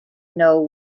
know